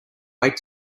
wait